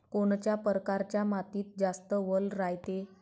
कोनच्या परकारच्या मातीत जास्त वल रायते?